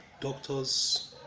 doctors